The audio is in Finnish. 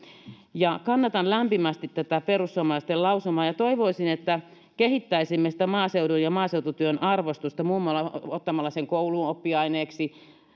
kannatan lämpimästi tätä perussuomalaisten lausumaa ja toivoisin että kehittäisimme sitä maaseudun ja maaseututyön arvostusta muun muassa ottamalla sen kouluun oppiaineeksi